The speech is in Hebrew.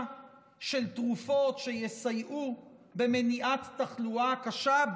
של תרופות שיסייעו במניעת תחלואה קשה,